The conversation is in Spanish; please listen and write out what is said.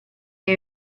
hay